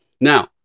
Now